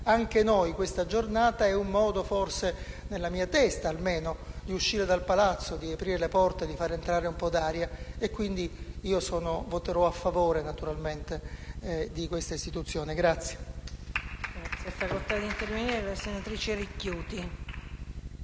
anche noi questa Giornata è un modo - nella mia testa almeno - di uscire dal palazzo, di aprire le porte e far entrare un po' di aria e, quindi, voterò a favore di questa istituzione.